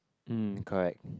mm correct